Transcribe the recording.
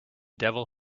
devil